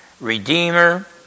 redeemer